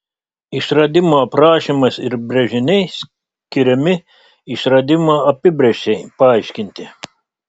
išradimo aprašymas ir brėžiniai skiriami išradimo apibrėžčiai paaiškinti